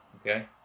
okay